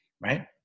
Right